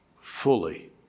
fully